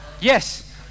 Yes